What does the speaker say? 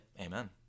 Amen